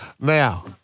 Now